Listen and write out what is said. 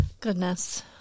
Goodness